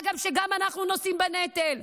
מה גם שגם אנחנו נושאים בנטל.